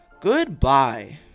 Goodbye